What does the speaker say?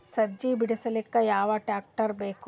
ಸಜ್ಜಿ ಬಿಡಸಕ ಯಾವ್ ಟ್ರ್ಯಾಕ್ಟರ್ ಬೇಕು?